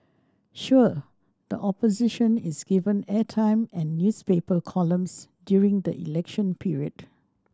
sure the opposition is given airtime and newspaper columns during the election period